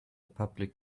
public